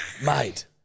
Mate